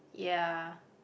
ya